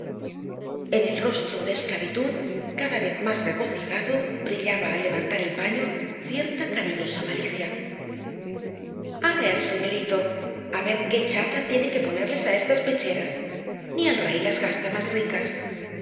en el rostro de esclavitud cada vez más regocijado brillaba al levantar el paño cierta cariñosa malicia a ver señorito á ver qué chata tiene que ponerles á estas pecheras ni el rey las gasta más ricas